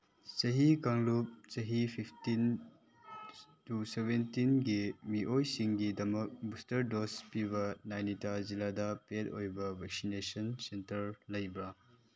ꯆꯍꯤ ꯀꯥꯡꯂꯨꯞ ꯆꯍꯤ ꯐꯤꯐꯇꯤꯟ ꯇꯨ ꯁꯕꯦꯟꯇꯤꯟꯒꯤ ꯃꯤꯑꯣꯏꯁꯤꯡꯒꯤꯗꯃꯛ ꯕꯨꯁꯇꯔ ꯗꯣꯁ ꯄꯤꯕ ꯅꯥꯏꯅꯤꯇꯥꯜ ꯖꯤꯂꯥꯗ ꯄꯦꯗ ꯑꯣꯏꯕ ꯚꯦꯛꯁꯤꯅꯦꯁꯟ ꯁꯦꯟꯇꯔ ꯂꯩꯕ꯭ꯔꯥ